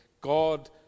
God